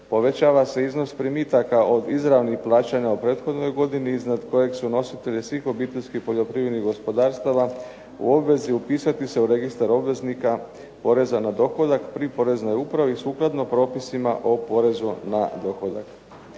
Povećava se iznos primitaka od izravnih plaćanja u prethodnoj godini iznad kojeg su nositelji svih obiteljskih poljoprivrednih gospodarstava u obvezi upisati se u registar obveznika poreza na dohodak pri Poreznoj upravi sukladno propisima o porezu na dohodak.